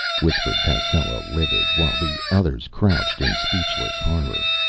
whispered tascela, livid, while the others crouched in speechless horror.